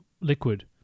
liquid